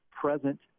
present